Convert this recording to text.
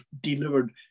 delivered